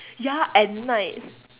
ya at night